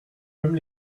même